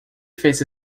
fez